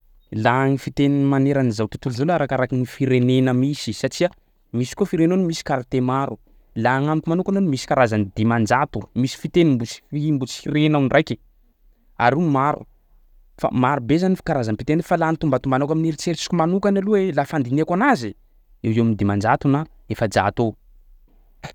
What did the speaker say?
Laha gny fiteny magneran'izao tontolo zao aloha arakaraky ny firegnena misy satsia misy koa firenena misy quartier maro. Laha agnamiko manokana aloha misy karazany dimanjato, misy fiteny mbo tsy fi- mbo tsy renao ndraiky ary io maro fa marobe zany f- karazam-piteny fa laha ny tombatombanako amin'ny eritseritsiko manokany aloha e laha fandinihako anazy, eo ho eo am'dimanjato na efajato eo.